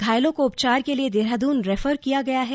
घायलों को उपचार के लिए देहराद्न रेफर किया गया है